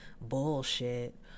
bullshit